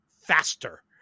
faster